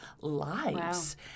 lives